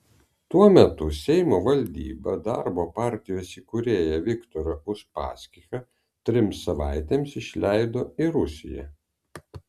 tuo metu seimo valdyba darbo partijos įkūrėją viktorą uspaskichą trims savaitėms išleido į rusiją